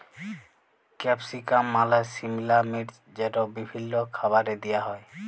capsicum মালে সিমলা মির্চ যেট বিভিল্ল্য খাবারে দিঁয়া হ্যয়